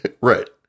Right